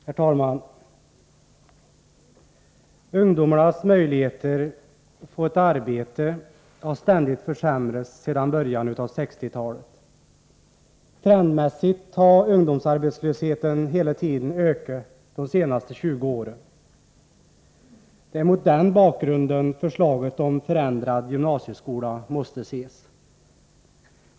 Herr talman! Ungdomarnas möjligheter att få ett arbete har ständigt försämrats sedan början av 1960-talet. Trendmässigt har ungdomsarbetslösheten hela tiden ökat under de senaste 20 åren. Det är mot den bakgrunden förslaget om en förändrad gymnasieskola måste ses.